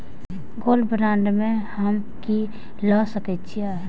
Gold bond में हम की ल सकै छियै?